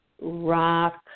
rock